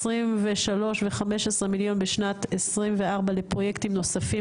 23 ו-15 מיליון בשנת 2024 לפרויקטים נוספים